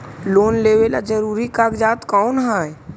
Loan लेब ला जरूरी कागजात कोन है?